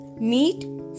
meat